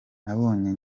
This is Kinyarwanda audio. nabonye